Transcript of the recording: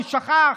הוא שכח?